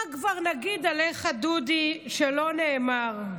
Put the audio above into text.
מה כבר נגיד עליך, דודי, שלא נאמר?